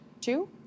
two